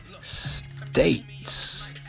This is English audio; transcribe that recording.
States